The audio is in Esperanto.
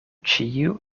ĉiu